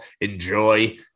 enjoy